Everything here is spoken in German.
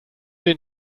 den